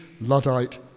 Luddite